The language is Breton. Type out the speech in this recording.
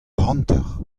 hanter